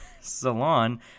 salon